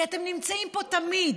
כי אתם נמצאים פה תמיד,